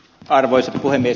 arvoisa puhemies